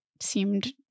seemed